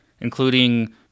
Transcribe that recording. including